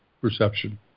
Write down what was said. perception